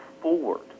forward